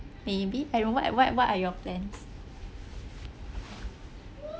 maybe I mean what what are your plans